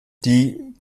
die